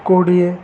କୋଡ଼ିଏ